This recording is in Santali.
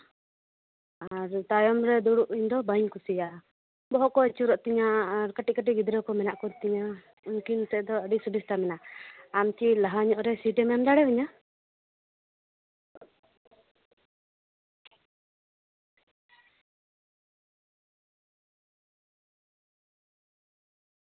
ᱟᱨ ᱛᱟᱭᱚᱢ ᱨᱮ ᱫᱩᱲᱩᱵ ᱤᱧ ᱫᱚ ᱵᱟᱹᱧ ᱠᱩᱥᱤᱭᱟᱜᱼᱟ ᱵᱚᱦᱚᱜ ᱠᱚ ᱟᱹᱪᱩᱨᱚᱜ ᱛᱤᱧᱟᱹ ᱟᱨ ᱠᱟᱹᱴᱤᱡᱼᱠᱟᱹᱴᱤᱡ ᱜᱤᱫᱽᱨᱟᱹ ᱠᱚ ᱢᱮᱱᱟᱜ ᱠᱚᱛᱤᱧᱟ ᱩᱱᱠᱤᱱ ᱟᱛᱮ ᱫᱚ ᱟᱹᱰᱤ ᱥᱚᱢᱚᱥᱥᱟ ᱢᱮᱱᱟᱜᱼᱟ ᱟᱢᱠᱤ ᱞᱟᱦᱟ ᱧᱚᱜ ᱨᱮ ᱥᱤᱴᱮᱢ ᱮᱢ ᱫᱟᱲᱮᱣᱟᱧᱟ